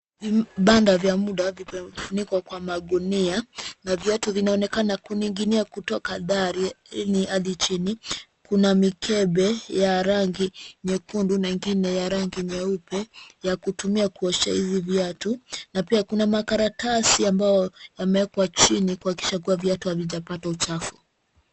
Panda vya muda vimefunikwa kwa magunia na viatu vinaonekana kuningini'nia kutoka dari hadi jini. Kuna mkebe ya rangi nyekundu na nyingine ya rangi nyeupe ya kutumia kuoshea hizi viatu na pia kuna makaratasi ambao yameweka jini kuhakikisha kuwa viatu havijapata uchafu.